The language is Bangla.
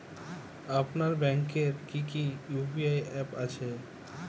আপনার ব্যাংকের কি কি ইউ.পি.আই অ্যাপ আছে?